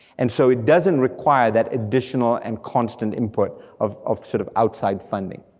and so it doesn't require that additional and constant input of of sort of outside funding.